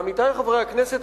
עמיתי חברי הכנסת,